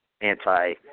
anti